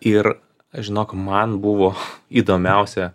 ir aš žinok man buvo įdomiausia